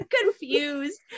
confused